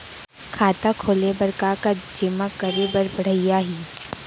खाता खोले बर का का जेमा करे बर पढ़इया ही?